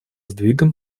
сдвигам